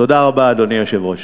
תודה רבה, אדוני היושב-ראש.